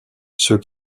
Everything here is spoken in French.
ceux